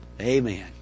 Amen